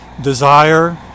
desire